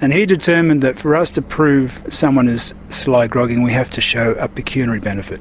and he determined that for us to prove someone as sly grogging we have to show a pecuniary benefit.